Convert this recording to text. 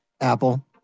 Apple